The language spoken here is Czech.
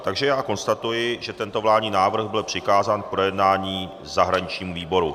Takže konstatuji, že tento vládní návrh byl přikázán k projednání zahraničnímu výboru.